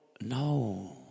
no